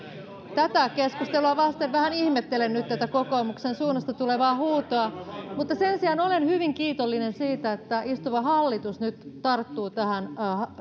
tätä keskustelua vasten vähän ihmettelen nyt tätä kokoomuksen suunnasta tulevaa huutoa mutta sen sijaan olen hyvin kiitollinen siitä että istuva hallitus nyt tarttuu tähän